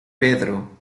pedro